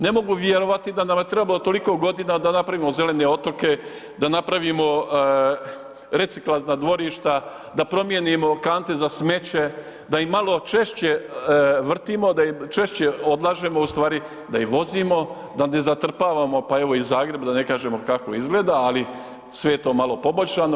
Ne mogu vjerovati da nam je trebalo toliko godina da napravimo zelene otoke, da napravimo reciklažna dvorišta, da promijenimo kante za smeće, da ih malo češće vrtimo, da ih češće odlažemo, u stvari da ih vozimo, da ne zatrpavamo, pa evo i Zagreb, da ne kažemo kako izgleda, ali sve je to malo poboljšano.